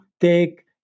take